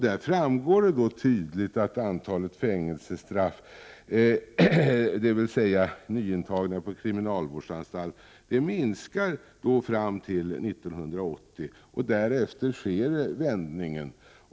Där framgår det tydligt att antalet fängelsestraff, dvs. nyintagna på kriminalvårdsanstalt, minskade fram till 1980. Därefter kom vändningen.